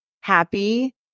happy